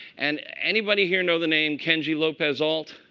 and anybody here know the name kenji lopez-alt?